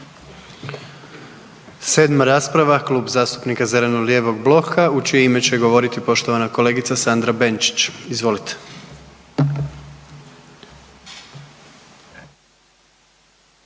Sedma rasprava, Klub zastupnika zeleno-lijevog bloka u čije ime će govoriti poštovan kolegica Sandra Benčić, izvolite.